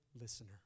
listener